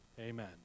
Amen